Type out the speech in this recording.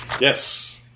Yes